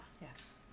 yes